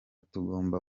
tugomba